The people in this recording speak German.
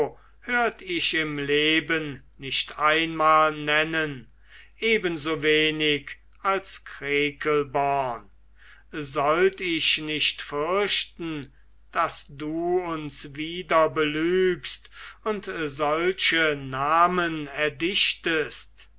hört ich im leben nicht einmal nennen ebensowenig als krekelborn sollt ich nicht fürchten daß du uns wieder belügst und solche namen erdichtest